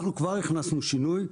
אנחנו כבר הכנסנו שינוי.